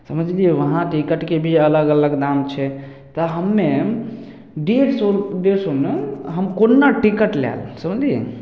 समझलियै वहाँ टिकटके भी अलग अलग दाम छै तऽ हम्मे डेढ़ सए डेढ़ सए नहि हम कोन्ना टिकट लायब समझलियै